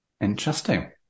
Interesting